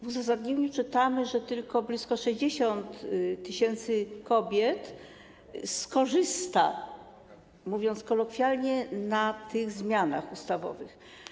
W uzasadnieniu czytamy, że tylko blisko 60 tys. kobiet skorzysta, mówiąc kolokwialnie, na tych zmianach ustawowych.